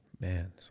Man